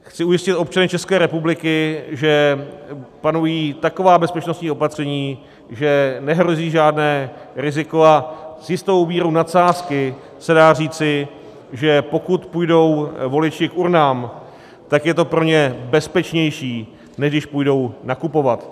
Chci ujistit občany České republiky, že panují taková bezpečnostní opatření, že nehrozí žádné riziko, a s jistou mírou nadsázky se dá říci, že pokud půjdou voliči k urnám, tak je to pro ně bezpečnější, než když půjdou nakupovat.